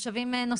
אחד,